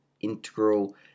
Integral